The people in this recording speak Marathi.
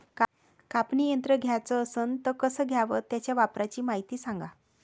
कापनी यंत्र घ्याचं असन त कस घ्याव? त्याच्या वापराची मायती सांगा